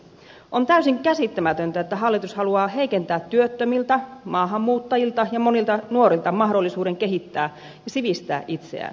on täysin käsittämätöntä että hallitus haluaa heikentää työttömiltä maahanmuuttajilta ja monilta nuorilta mahdollisuuden kehittää ja sivistää itseään